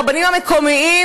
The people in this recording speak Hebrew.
לרבנים המקומיים,